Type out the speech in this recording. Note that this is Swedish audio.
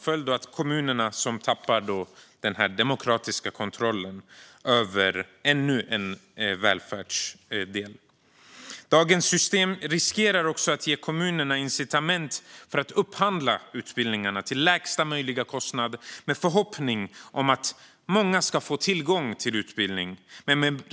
Följden blir att kommunerna tappar den demokratiska kontrollen över ännu en välfärdsdel. Dagens system riskerar också att ge kommunerna incitament att upphandla utbildningarna till lägsta möjliga kostnad med förhoppningen att många ska få tillgång till utbildning.